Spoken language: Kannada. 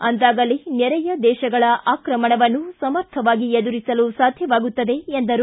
ಅಂದಾಗಲೇ ನೆರೆಯ ದೇಶಗಳ ಆಕ್ರಮಣವನ್ನು ಸಮರ್ಥವಾಗಿ ಎದುರಿಸಲು ಸಾಧ್ಯವಾಗುತ್ತದೆ ಎಂದರು